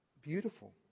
beautiful